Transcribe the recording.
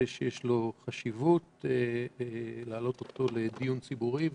שיש חשיבות להעלות אותו לדיון ציבורי.